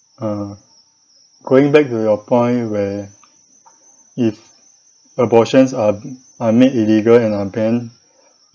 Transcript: uh going back to your point where if abortions are are made illegal and are banned